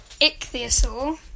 ichthyosaur